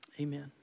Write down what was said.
Amen